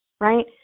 right